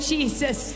Jesus